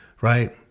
right